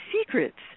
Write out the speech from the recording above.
secrets